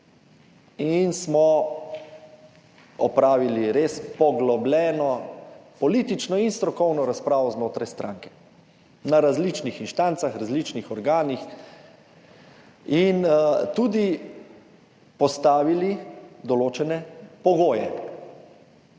in smo opravili res poglobljeno politično in strokovno razpravo znotraj stranke na različnih instancah, različnih organih in tudi postavili določene pogoje.